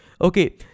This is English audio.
Okay